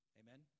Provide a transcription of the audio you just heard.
amen